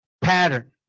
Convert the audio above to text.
pattern